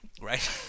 right